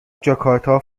جاکارتا